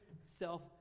self